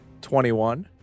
21